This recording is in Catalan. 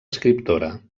escriptora